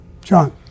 john